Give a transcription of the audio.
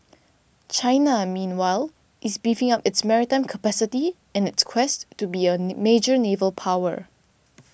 China meanwhile is beefing up its maritime capacity in its quest to be a major naval power